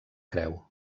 creu